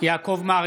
יעקב מרגי,